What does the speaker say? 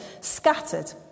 scattered